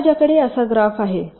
समजा माझ्याकडे असा ग्राफ आहे